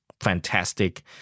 fantastic